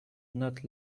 not